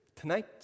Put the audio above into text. tonight